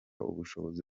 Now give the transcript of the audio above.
ubushobozi